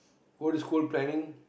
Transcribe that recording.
old school planning